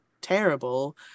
terrible